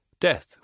death